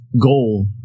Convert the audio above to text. goal